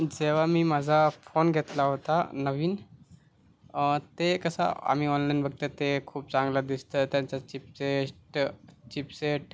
जेव्हा मी माझा फोन घेतला होता नवीन ते कसं आम्ही ऑनलाईन बघतं ते खूप चांगलं दिसतं त्यांच्या चीप चेस्ट चीप सेट